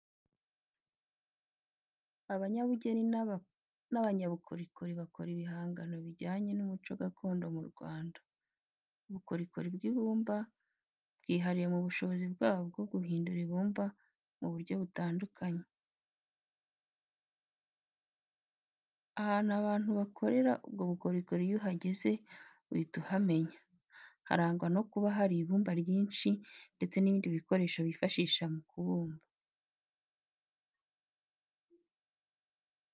Abanyabugeni n'abanyabukorikori bakora ibihangano bijyanye n'umuco gakondo mu Rwanda. Ubukorikori bw'ibumba bwihariye mu bushobozi bwabo bwo guhindura ibumba mu buryo butandukanye. Ahantu abantu bakorera ubwo bukorikori iyo uhageze uhita uhamenya, harangwa no kuba hari ibumba ryinshi ndetse n'ibindi bikoresho bifashisha mu kubumba.